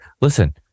listen